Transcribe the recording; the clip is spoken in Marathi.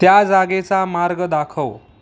त्या जागेचा मार्ग दाखव